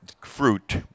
fruit